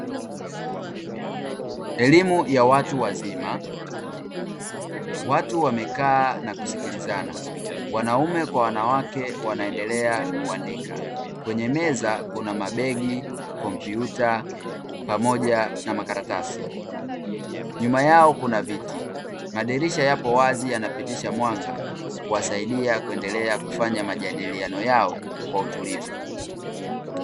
Elimu ya watu wazima. Watu wamekaa na kusikilizana. Wanaume kwa wanawake wanaendelea kuandika. Kwenye meza kuna mabegi, kompyuta, pamoja na makaratasi. Nyuma yao kuna viti. Madirisha yapo wazi yanapitisha mwanga, kuwasaidia kuendelea kufanya majadiliano yao kwa utulivu.